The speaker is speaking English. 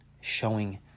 showing